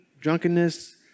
drunkenness